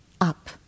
up